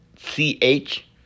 C-H